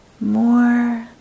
more